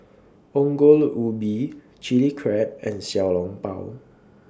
Ongol Ubi Chilli Crab and Xiao Long Bao